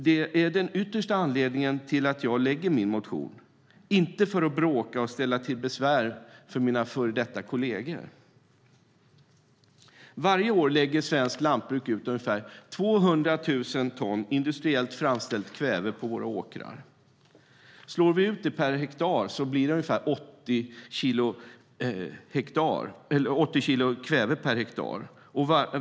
Det är den yttersta anledningen till att jag väcker min motion, inte för att bråka och ställa till besvär för mina före detta kolleger. Varje år lägger svenskt lantbruk ut ungefär 200 000 ton industriellt framställt kväve på våra åkrar. Slår vi ut det hamnar vi på ungefär 80 kilo kväve per hektar.